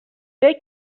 they